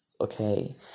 Okay